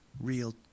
real